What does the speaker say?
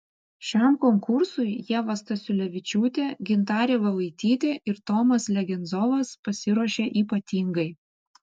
šiam konkursui ieva stasiulevičiūtė gintarė valaitytė ir tomas legenzovas pasiruošė ypatingai